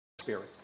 spirit